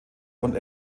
und